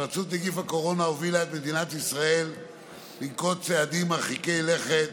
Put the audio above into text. התפרצות נגיף הקורונה הובילה את מדינת ישראל לנקוט צעדים מרחיקי לכת